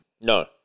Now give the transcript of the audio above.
No